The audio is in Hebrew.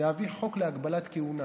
להביא חוק להגבלת כהונה?